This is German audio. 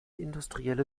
industrielle